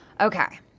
Okay